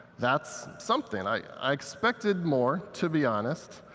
that's something. i expected more, to be honest.